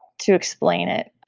to explain it.